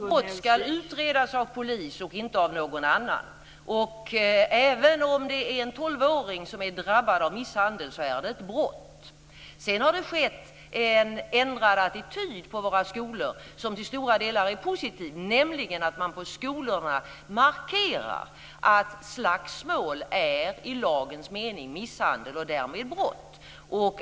Fru talman! Våld ska utredas av polis och inte av någon annan. Även om det är en tolvåring som är drabbad av misshandel så är det ett brott. Det har blivit en ändrad attityd på många av våra skolor som till stora delar är positiv, nämligen att man där markerar att slagsmål i lagens mening är misshandel och därmed brott.